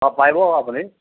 অ পাৰিব অ আপুনি